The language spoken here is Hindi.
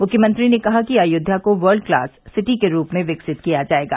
मुख्यमंत्री ने कहा कि अयोध्या को वर्ल्ड क्लास सिटी के रूप में विकसित किया जायेगा